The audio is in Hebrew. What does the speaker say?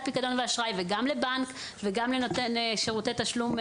פיקדון ואשראי וגם לבנק וגם לנותן שירותי תשלום,